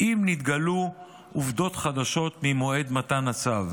אם התגלו עובדות חדשות ממועד מתן הצו.